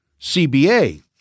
CBA